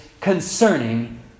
concerning